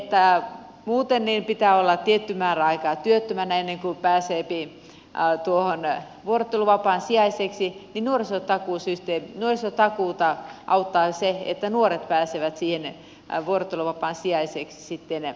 kun muuten pitää olla tietty määrä aikaa työttömänä ennen kuin pääseepi tuohon vuorotteluvapaan sijaiseksi niin nuorisotakuuta auttaa se että nuoret pääsevät siihen vuorotteluvapaan sijaiseksi sitten heti